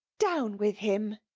down with him!